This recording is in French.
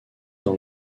dans